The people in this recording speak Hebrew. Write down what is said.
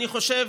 אני חושב